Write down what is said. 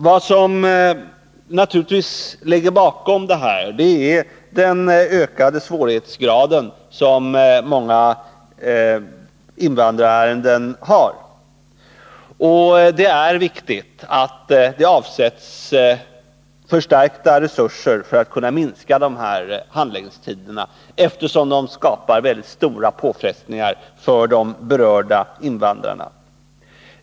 Vad som ligger bakom detta förhållande är naturligtvis den ökade svårighetsgrad som många invandrarärenden har. Det är viktigt att det avsätts förstärkta resurser för att vi skall kunna minska handläggningstiderna, eftersom dessa skapar stora påfrestningar för de berörda invandrarna.